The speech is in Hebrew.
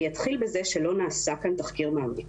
אתחיל בזה שלא נעשה כאן תחקיר מעמיק.